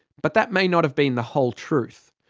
but that may not have been the whole truth.